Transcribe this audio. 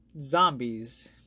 zombies